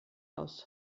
aus